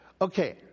Okay